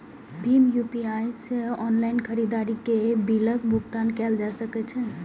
भीम UPI सं online खरीदारी के बिलक भुगतान कैल जा सकैए